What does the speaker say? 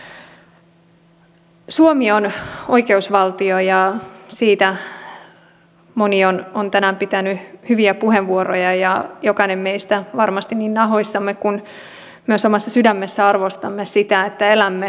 suomi on oikeusvaltio ja siitä moni on tänään pitänyt hyviä puheenvuoroja ja jokainen meistä varmasti niin nahoissamme kuin myös omassa sydämessä arvostamme sitä että elämme oikeusvaltiossa